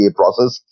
process